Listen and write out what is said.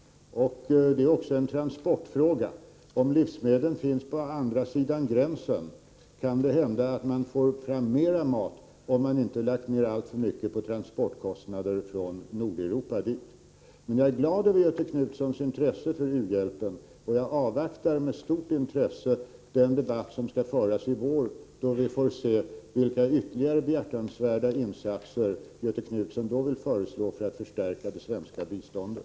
Detta är även en transportfråga. Om man inte behöver lägga ned alltför mycket pengar på kostnader för transporter från Nordeuropa därför att det exempelvis finns livsmedel på andra sidan det behövande landets gränser, kan det hända att man för samma belopp får fram mera mat. Jag är glad åt Göthe Knutsons intresse för u-hjälpen, och jag avvaktar med stor förväntan den debatt som skall föras i vår. Vi får se vilka ytterligare behjärtansvärda insatser Göthe Knutson då vill föreslå för att förstärka det svenska biståndet.